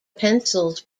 pencils